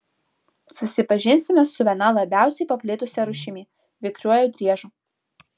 susipažinsime su viena labiausiai paplitusia rūšimi vikriuoju driežu